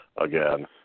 again